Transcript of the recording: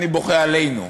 אני בוכה עלינו.